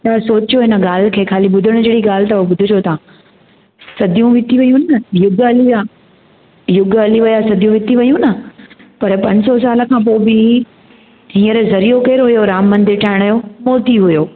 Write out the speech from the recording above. त सोचियो हिन गाल्हि खे ख़ाली ॿुधण जहिड़ी ॻाल्ह अथव ॿुधिजो तव्हां सदियूं बीती वियूं न युॻ हली विया युॻ हली विया सदी बिती वियूं न पर पंज सौ साल खां पोइ बि हींअर ज़रियो केरु हुओ राम मंदर ठायण यो मोदी हुओ